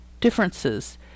differences